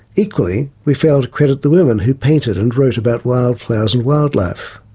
equally, we fail to credit the women who painted and wrote about wildflowers and wildlife.